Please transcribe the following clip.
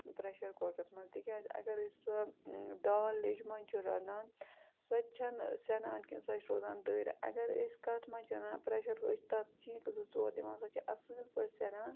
pressure کۄکرَس مَنٛز تِکیٛازِ اَگر أسۍ سۄ دال لیٚجہِ منٛز چھِ رَنان سۄ تہِ چھَنہٕ سٮ۪نان کیٚنٛہہ سۄ چھِ روزان دٔرۍ اگرَے أسۍ کتھ مَنٛز چھِ رَنان پرٛٮ۪شَر أسۍ چھِ تتھ چیٖکہٕ زٕ ژور دِوان سۄ چھِ اَصۭل پٲٹھۍ سٮ۪نان